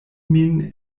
min